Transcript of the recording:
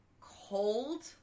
cold